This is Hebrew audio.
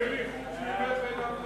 סעיפים 1 5